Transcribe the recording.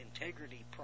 integrity